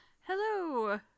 Hello